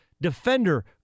defender